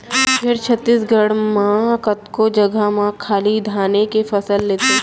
फेर छत्तीसगढ़ म कतको जघा म खाली धाने के फसल लेथें